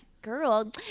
Girl